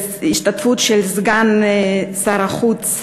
בהשתתפותו של סגן שר החוץ